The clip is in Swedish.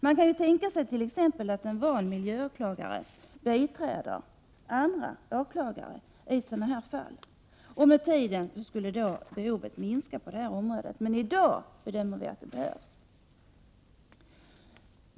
Man kan ju t.ex. tänka sig att en van miljöåklagare biträder andra åklagare i sådana här fall. Med tiden skulle då behovet på detta område minska. I dag bedömer vi dock att särskilda åklagare behövs.